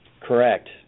Correct